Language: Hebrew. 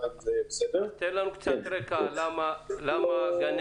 תן לנו קצת רקע מדוע יצא הקצף על גני